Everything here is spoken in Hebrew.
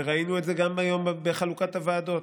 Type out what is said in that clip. וראינו את זה גם היום בחלוקת הוועדות.